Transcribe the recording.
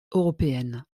européenne